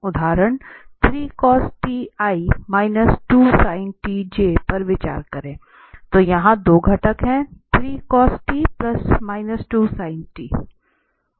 उदाहरण 3 cos t i 2 sin t j पर विचार करें तो यहां 2 घटक हैं 3 cos t और 2 sin t